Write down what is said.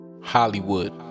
Hollywood